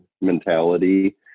mentality